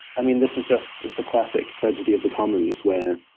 i mean, this is just a classic tragedy of the commons, where